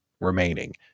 remaining